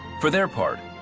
for their part,